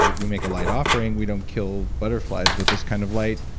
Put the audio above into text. we we make a light offering we don't kill butterflies with this kind of light,